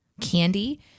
candy